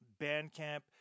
Bandcamp